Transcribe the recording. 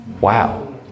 Wow